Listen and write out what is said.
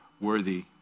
worthy